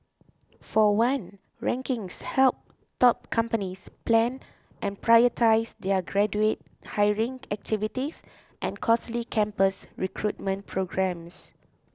for one rankings help top companies plan and prioritise their graduate hiring activities and costly campus recruitment programmes